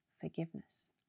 forgiveness